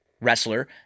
Wrestler